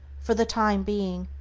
for the time being,